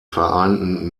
vereinten